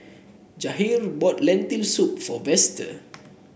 Jahir bought Lentil Soup for Vester